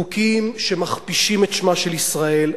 חוקים שמכפישים את שמה של ישראל,